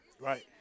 Right